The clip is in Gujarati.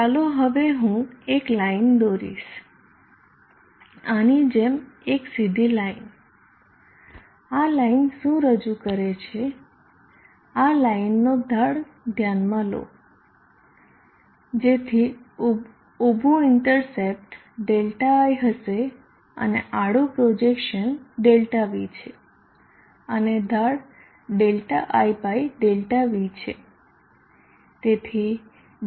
ચાલો હવે હું એક લાઈન દોરીશ આની જેમ એક સીધી લાઈન આ લાઇન શું રજૂ કરે છે આ લાઈન નો ઢાળ ધ્યાનમાં લો જેથી ઉભું ઇન્ટરસેપ્ટ Δi હશે અને આડુ પ્રોજેક્શન ΔV છે અને ઢાળ Δi ΔV છે